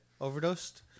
overdosed